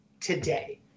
today